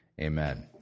Amen